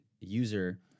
user